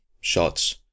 shots